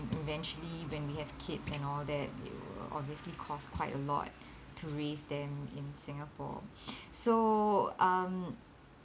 eventually when we have kids and all that it will obviously cost quite a lot to raise them in singapore so um